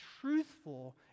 truthful